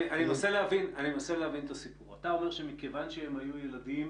אני מנסה להבין את הסיפור: אתה אומר שמכיוון שהם היו ילדים